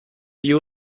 view